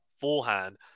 forehand